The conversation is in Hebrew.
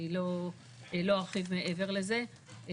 לא ארחיב מעבר לזה.